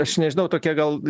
aš nežinau tokia gal